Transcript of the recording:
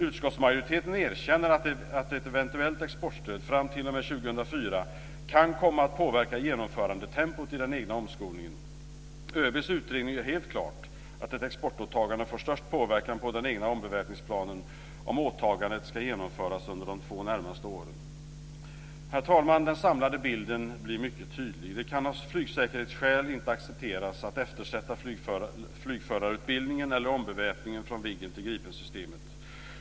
Utskottsmajoriteten erkänner att ett eventuellt exportstöd fram t.o.m. år 2004 kan komma att påverka genomförandetempot i den egna omskolningen. ÖB:s utredning gör helt klart att ett exportåtagande får störst påverkan på den egna ombeväpningsplanen om åtagandet ska genomföras under de två närmaste åren. Herr talman! Den samlade bilden blir mycket tydlig. Det kan av flygsäkerhetsskäl inte accepteras att man eftersätter flygförarutbildningen eller ombeväpningen från Viggen till Gripensystemet.